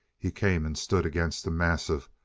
he came and stood against the massive,